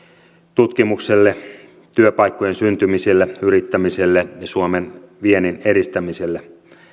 tutkimukselle työpaikkojen syntymiselle yrittämiselle ja suomen viennin edistämiselle